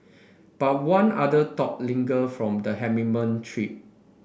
but one other thought lingered from the trip